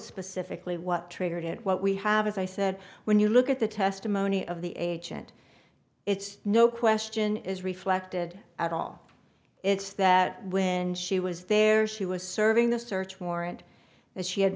specifically what triggered it what we have as i said when you look at the testimony of the agent it's no question is reflected at all it's that when she was there she was serving the search warrant and she ad